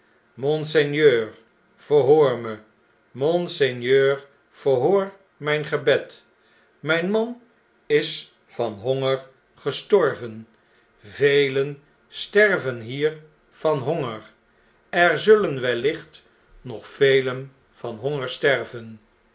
monseigneur verhoor me i monseigneur verhoor nrjjn gebed mjjn man is van honger gestorven velen sterven hier van honger er zullen wellicht nog velen van honger sterven